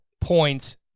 points